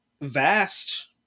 vast